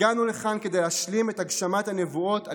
הגענו לכאן כדי להשלים את הגשמת הנבואות על